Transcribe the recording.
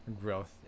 growth